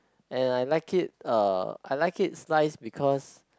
and I like it uh I like it sliced because